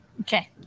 okay